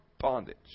bondage